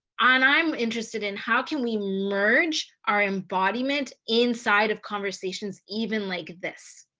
and i'm interested in how can we merge our embodiment inside of conversations even like this.